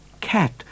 Cat